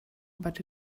but